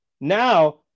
Now